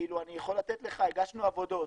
אני יכול לתת לך, הגשנו עבודות,